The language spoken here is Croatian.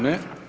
Ne.